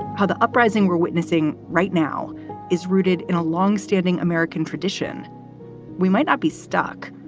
how the uprising we're witnessing right now is rooted in a longstanding american tradition we might not be stuck,